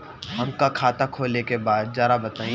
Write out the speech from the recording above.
हमका खाता खोले के बा जरा बताई?